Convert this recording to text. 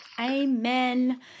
Amen